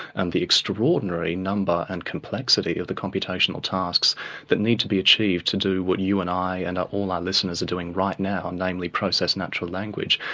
and the extraordinary number and complexity of the computational tasks that need to be achieved to do what you and i and all our listeners are doing right now, namely process natural language.